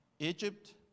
Egypt